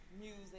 music